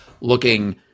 looking